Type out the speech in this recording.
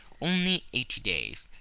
only eighty days,